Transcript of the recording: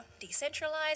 Decentralized